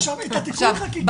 עכשיו את התיקון חקיקה --- או,